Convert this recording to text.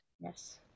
yes